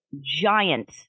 giant